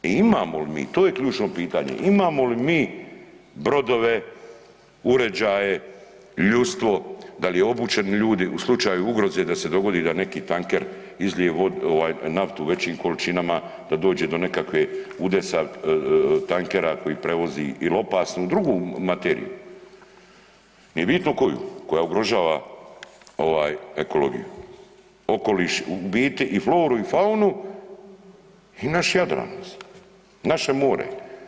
I imamo li mi, to je ključno pitanje, imamo li mi brodove, uređaje, ljudstvo, da li su obučeni ljudi u slučaju ugroze da se dogodi da neki tanker izlije naftu u većim količinama, da dođe do nekakvog udesa tankera koji prevozi ili opasnu drugu materiju nije bitno koju, koja ugrožava ekologiju, okoliš u biti i floru i faunu i naš Jadran, naše more.